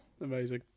amazing